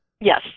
Yes